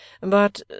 But